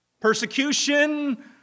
Persecution